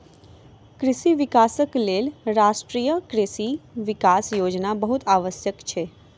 कृषि विकासक लेल राष्ट्रीय कृषि विकास योजना बहुत आवश्यक अछि